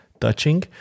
touching